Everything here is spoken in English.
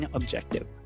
objective